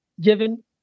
given